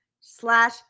slash